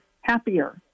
happier